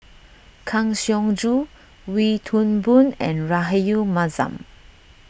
Kang Siong Joo Wee Toon Boon and Rahayu Mahzam